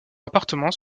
appartement